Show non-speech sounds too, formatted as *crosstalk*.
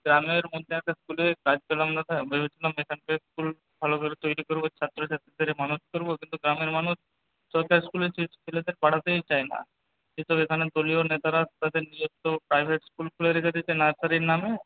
গ্রামের মধ্যে একটা স্কুলে *unintelligible* ভেবেছিলাম এইখানকার স্কুল ভালো করে তৈরি করব ছাত্রছাত্রীদের মানুষ করব কিন্তু গ্রামের মানুষ সরকারি স্কুলে ছেলেদেরকে পড়াতেই চায় না ভিতরে এইখানে দলীয় নেতারা তাদের নিজেস্ব প্রাইভেট স্কুল খুলে রেখে দিয়েছে নার্সারির নামে